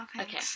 Okay